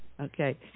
Okay